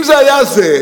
אם זה היה זה,